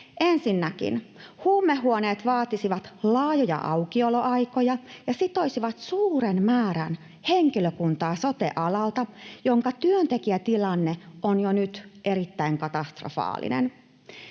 Ensinnäkin huumehuoneet vaatisivat laajoja aukioloaikoja ja sitoisivat suuren määrän henkilökuntaa sote-alalta, jonka työntekijätilanne on jo nyt erittäin katastrofaalinen.